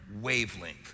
wavelength